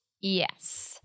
Yes